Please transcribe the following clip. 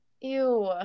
Ew